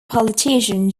politician